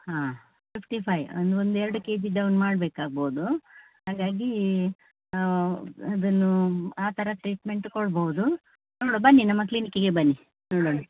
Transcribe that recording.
ಹಾಂ fifty five ಅಂದ್ರೆ ಒಂದು ಎರಡು ಕೆ ಜಿ ಡೌನ್ ಮಾಡ್ಬೇಕು ಆಗ್ಬೋದು ಹಾಗಾಗಿ ಅದನ್ನೂ ಆ ಥರ ಟ್ರೀಟ್ಮೆಂಟ್ ಕೊಡ್ಬೋದು ನೋಡುವ ಬನ್ನಿ ನಮ್ಮ ಕ್ಲಿನಿಕ್ಕಿಗೆ ಬನ್ನಿ ನೋಡೋಣ